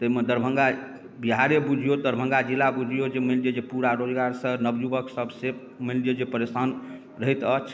ताहिमे दरभङ्गा बिहारे बुझियो दरभङ्गा जिला बुझियो जे मानि लिअ जे पूरा रोजगार से नव युवक सभ से मानि लिअ जे परेशान रहैत अछि